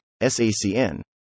SACN